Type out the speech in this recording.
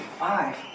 five